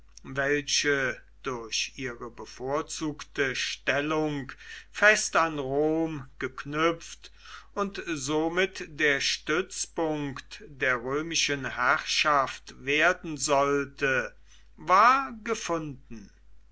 welche durch ihre bevorzugte stellung fest an rom geknüpft und somit der stützpunkt der römischen herrschaft werden sollte war gefunden